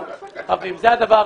זה הדבר הראשון.